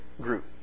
group